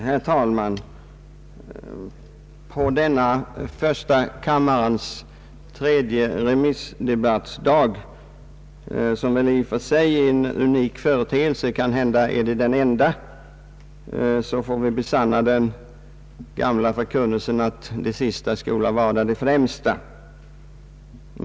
Herr talman! På denna första kammarens tredje remissdebattsdag, som i och för sig är en unik företeelse, får vi besanna den gamla förkunnelsen att de sista skall vara de främsta.